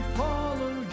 follow